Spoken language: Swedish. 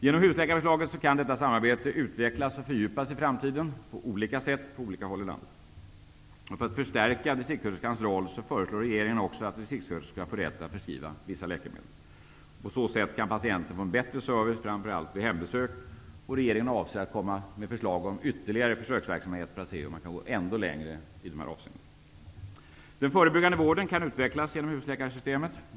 Genom husläkarförslaget kan detta samarbete utvecklas och fördjupas i framtiden på olika sätt på olika håll i landet. För att stärka distriktssköterskans roll föreslår regeringen också att distriktssköterskor skall få rätt att förskriva vissa läkemedel. På så sätt kan patienten få en bättre service, framför allt vid hembesök. Regeringen avser att komma med förslag om ytterligare försöksverksamhet för att se om man kan gå ändå längre i dessa avseenden. Den förebyggande vården kan utvecklas genom husläkarsystemet.